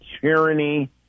tyranny